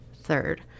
third